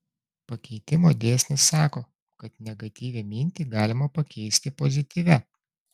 pakeitimo dėsnis sako kad negatyvią mintį galima pakeisti pozityvia